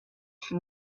from